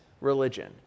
religion